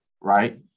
right